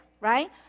right